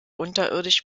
unterirdisch